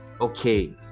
okay